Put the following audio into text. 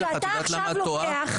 את יודעת למה את טועה?